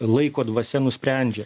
laiko dvasia nusprendžia